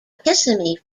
kissimmee